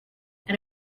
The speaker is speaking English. and